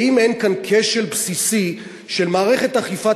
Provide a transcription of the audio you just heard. האם אין כאן כשל בסיסי של מערכת אכיפת